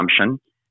consumption